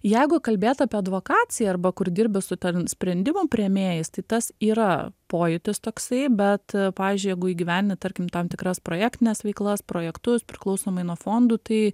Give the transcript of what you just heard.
jeigu kalbėt apie advokaciją arba kur dirbi su ten sprendimų priėmėjais tai tas yra pojūtis toksai bet pavyzdžiui jeigu įgyvendina tarkim tam tikras projektines veiklas projektus priklausomai nuo fondų tai